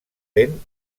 lent